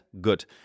good